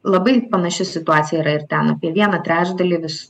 labai panaši situacija yra ir ten apie vieną trečdalį vis